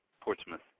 Portsmouth